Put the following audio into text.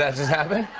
just happen?